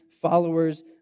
followers